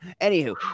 Anywho